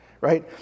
right